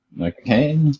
Okay